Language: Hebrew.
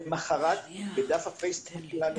למחרת בדף הפייסבוק שלנו